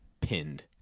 pinned